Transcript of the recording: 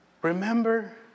Remember